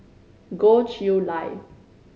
Goh Chiew Lye